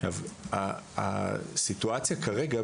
הסיטואציה כרגע,